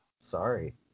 Sorry